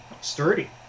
sturdy